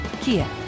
Kia